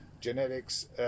Genetics